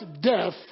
death